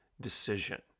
decision